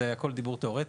זה הכול דיבור תיאורטי.